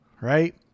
right